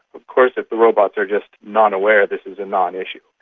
of course if the robots are just non-aware, this is a non-issue.